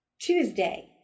Tuesday